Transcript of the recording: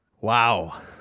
wow